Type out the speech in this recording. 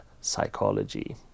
psychology